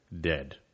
Dead